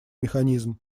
механизм